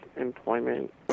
employment